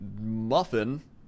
muffin